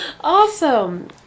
Awesome